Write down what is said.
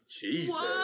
Jesus